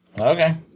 Okay